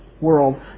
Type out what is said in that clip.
world